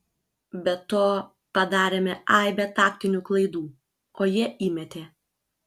be to padarėme aibę taktinių klaidų o jie įmetė